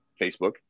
Facebook